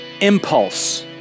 impulse